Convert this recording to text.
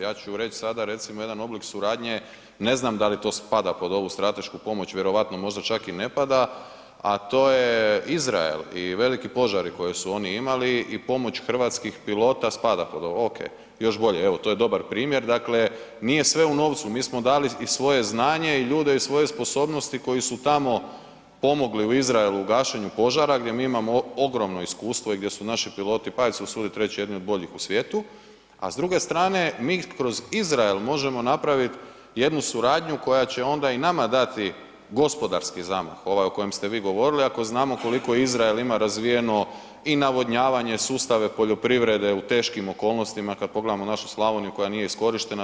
Ja ću reći sada recimo jedan oblik suradnje, ne znam da li to spada pod ovu stratešku pomoć, vjerojatno možda čak i ne pada, a to je Izrael i veliki požari koje su oni imali i pomoć hrvatskih pilota spada pod ovo, ok, još bolje, evo to je dobar primjer, dakle nije sve u novcu mi smo dali i svoje znanje i ljude i svoje sposobnosti koji su tamo pomogli u Izraelu u gašenju požara gdje mi imamo ogromno iskustvo i gdje su naši piloti, pa ja ću se usudit reći jednih od boljih u svijetu, a s druge strane mi kroz Izrael možemo napraviti jednu suradnju koja će onda i nama dati gospodarski zamah, ovaj o kojem ste vi govorili ako znamo koliko Izrael ima razvijeno i navodnjavanje, sustave poljoprivrede u teškim okolnostima kad pogledamo našu Slavoniju koja nije iskorištena.